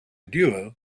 duo